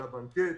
על הבנקט.